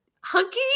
hunky